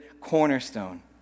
cornerstone